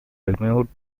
removed